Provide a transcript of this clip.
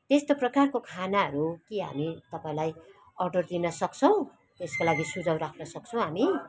त्यस्तो प्रकारको खानाहरू के हामी तपाईँलाई अर्डर दिन सक्छौँ यसको लागि सुझाव राख्न सक्छौँ हामी